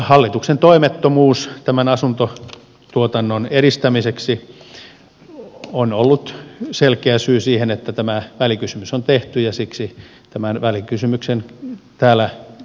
hallituksen toimettomuus tämän asuntotuotannon edistämiseksi on ollut selkeä syy siihen että tämä välikysymys on tehty ja siksi tämän välikysymyksen käle